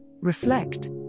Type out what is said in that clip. reflect